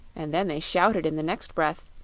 and then they shouted in the next breath